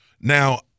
Now